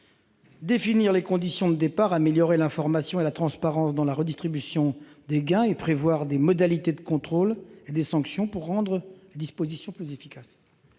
Définir les conditions de départ, améliorer l'information et la transparence dans la redistribution des gains et prévoir des modalités de contrôle et des sanctions pour rendre les dispositions plus efficaces